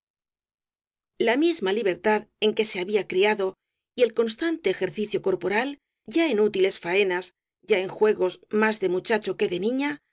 la misma libertad en que se había criado y el constante ejercicio corporal ya en útiles faenas ya en juegos más de muchacho que de niña